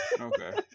Okay